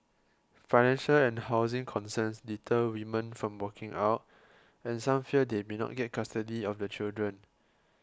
financial and housing concerns deter women from walking out and some fear they may not get custody of the children